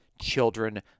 children